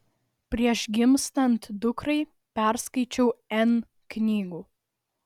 prieš gimstant dukrai perskaičiau n knygų